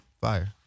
Fire